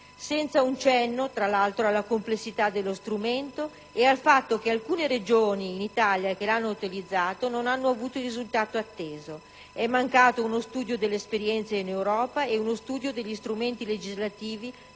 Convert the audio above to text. senza un cenno alla complessità dello strumento e al fatto che alcune Regioni in Italia che l'hanno utilizzato non hanno avuto il risultato atteso. È mancato uno studio delle esperienze in Europa e uno studio degli strumenti legislativi